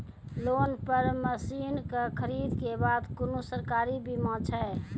Loan पर मसीनऽक खरीद के बाद कुनू सरकारी बीमा छै?